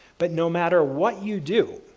but no matter what you do,